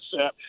set